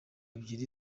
ebyiri